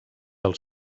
del